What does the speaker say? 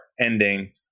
ending